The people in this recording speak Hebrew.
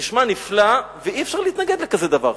נשמע נפלא, ואי-אפשר להתנגד לכזה דבר.